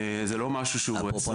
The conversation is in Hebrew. זה לא משהו שהוא סודי.